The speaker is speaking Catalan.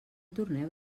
torneu